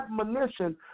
admonition